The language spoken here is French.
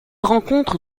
rencontre